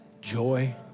joy